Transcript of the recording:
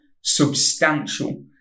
substantial